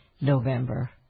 november